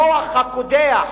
המוח הקודח,